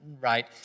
right